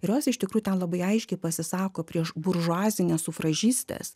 kurios iš tikrųjų ten labai aiškiai pasisako prieš buržuazines sufražistes